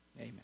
Amen